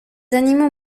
animaux